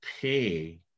pay